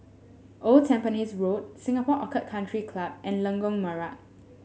Old Tampines Road Singapore Orchid Country Club and Lengkok Merak